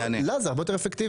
לה זה הרבה יותר אפקטיבי.